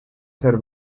ser